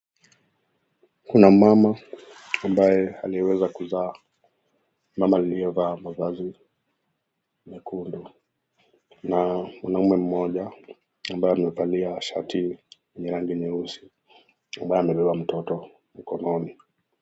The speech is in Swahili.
Kuna mama ambaye aliweza kuzaa, mama aliyevaa mavazi nyekundu na mwanaume mmoja ambaye amevalia shati yenye rangi nyeusi ambaye amebeba mtoto mkononi.